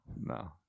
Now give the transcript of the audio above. no